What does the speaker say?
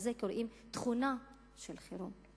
לזה קוראים תכונה של חירום.